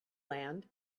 land